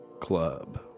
Club